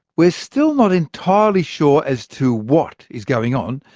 we're still not entirely sure as to what is going on,